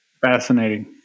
Fascinating